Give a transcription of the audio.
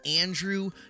Andrew